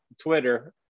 Twitter